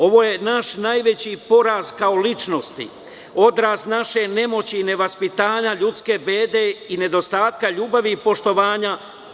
Ovo je naš najveći poraz kao ličnosti, odraz naše nemoći i nevaspitanja, ljudske bede i nedostatka ljubavi i poštovanja.